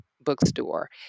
Bookstore